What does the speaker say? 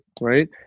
right